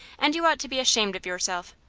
and you ought to be ashamed of yourself,